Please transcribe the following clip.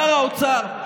שר האוצר,